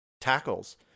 tackles